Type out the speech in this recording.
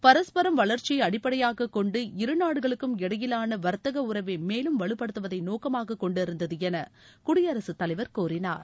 பரஸ்பரம் வளர்ச்சியைஅடிப்படையாககொண்டு இரு நாடுகளுக்கும் இடையிலானவர்த்தகஉறவைமேலும் வலுப்படுத்துவதைநோக்கமாககொண்டிருந்ததுஎனகுடியரசுத் தலைவர் கூறினார்